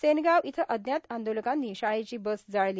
सेनगाव इथं अज्ञात आंदोलकांनी शाळेची बस जाळली